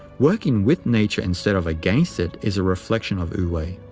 working with nature instead of against it is a reflection of wu-wei.